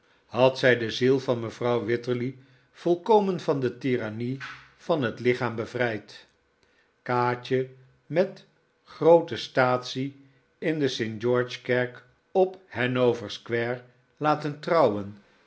had zij de ziel van mevrouw wititterly volkomen van de tyrannie van het lichaam bevrijd kaatje met groote staatsie in de st georgeskerk op hanover square laten trouwen